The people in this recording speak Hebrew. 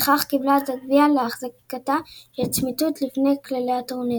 ולפיכך קיבלה את הגביע לחזקתה לצמיתות לפי כללי הטורניר.